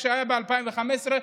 כשהייתה ב-2015,